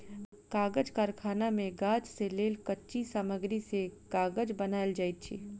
कागज़ कारखाना मे गाछ से लेल कच्ची सामग्री से कागज़ बनायल जाइत अछि